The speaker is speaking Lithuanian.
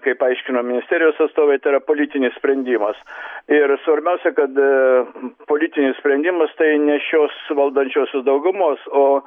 kaip aiškino ministerijos atstovė tai yra politinis sprendimas ir svarbiausia kad politinis sprendimas tai ne šios valdančiosios daugumos o